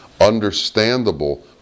understandable